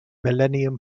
millennium